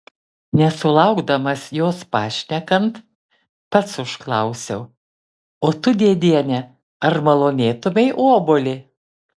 nesulaukdamas jos prašnekant pats užklausiau o tu dėdiene ar malonėtumei obuolį